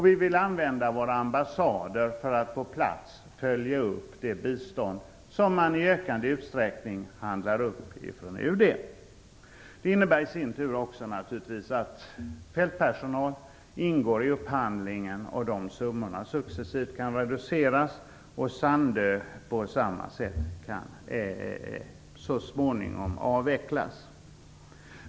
Vi vill använda våra ambassader för att på plats följa upp det bistånd UD i ökande utsträckning upphandlar. Det innebär i sin tur också att fältpersonal ingår i upphandlingen, och de summorna kan reduceras successivt. Sandö kan så småningom också avvecklas.